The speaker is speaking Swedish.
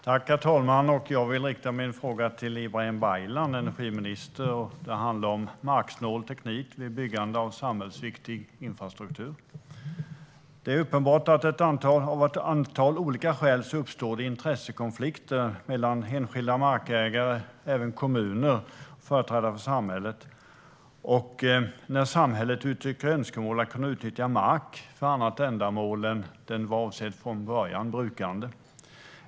Herr talman! Jag vill rikta min fråga till energiminister Ibrahim Baylan. Den handlar om marksnål teknik vid byggande av samhällsviktig infrastruktur. Det är uppenbart att det av ett antal olika skäl uppstår intressekonflikter mellan enskilda markägare, även kommuner, och företrädare för samhället när samhället uttrycker önskemål att få utnyttja mark för annat ändamål än det brukande den var avsedd för från början.